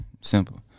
Simple